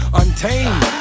untamed